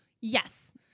yes